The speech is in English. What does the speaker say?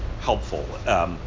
helpful